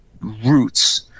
roots